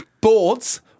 boards